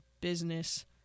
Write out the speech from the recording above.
business